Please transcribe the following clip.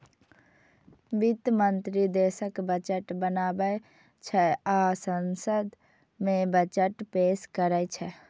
वित्त मंत्री देशक बजट बनाबै छै आ संसद मे बजट पेश करै छै